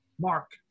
mark